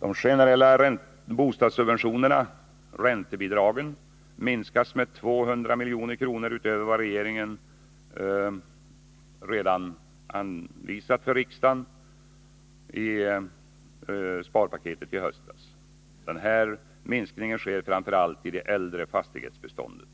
De generella bostadssubventionerna — räntebidragen — minskas med 200 milj.kr. utöver vad regeringen redan föreslagit i det sparpaket som framlades för riksdagen i höstas. Denna minskning sker framför allt i det äldre fastighetsbeståndet.